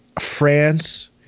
France